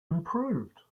improved